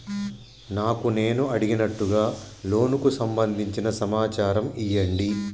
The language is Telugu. నాకు నేను అడిగినట్టుగా లోనుకు సంబందించిన సమాచారం ఇయ్యండి?